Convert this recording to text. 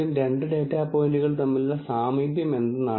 ഒരു non linear classification പ്രോബ്ളത്തിന്റെ ഒരു ഉദാഹരണം ഇതാ